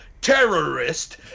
terrorist